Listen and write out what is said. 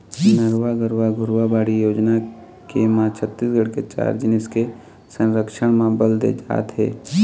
नरूवा, गरूवा, घुरूवा, बाड़ी योजना के म छत्तीसगढ़ के चार जिनिस के संरक्छन म बल दे जात हे